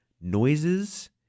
noises